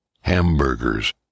hamburgers